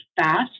fast